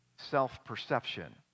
self-perception